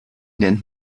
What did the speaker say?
nennt